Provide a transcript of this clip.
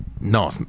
No